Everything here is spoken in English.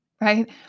right